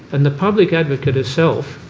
and the public advocate herself